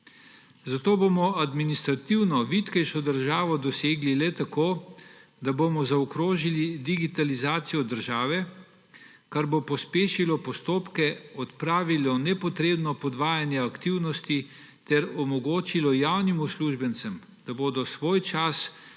Zato bomo administrativno vitkejšo državo dosegli le tako, da bomo zaokrožili digitalizacijo države, kar bo pospešilo postopke, odpravilo nepotrebno podvajanje aktivnosti ter omogočilo javnim uslužbencem, da bodo svoj čas bolj